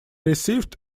received